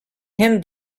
him